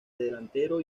delantero